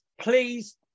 Please